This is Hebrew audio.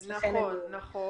נכון.